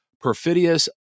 perfidious